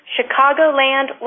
Chicagoland